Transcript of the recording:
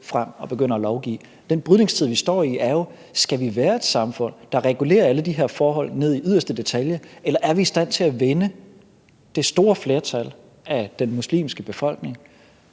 frem og begynde at lovgive. Denne brydningstid, vi står i, er jo: Skal vi være et samfund, der regulerer alle de her forhold ned i yderste detalje, eller er vi i stand til at vinde det store flertal af den muslimske befolkning